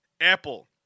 Apple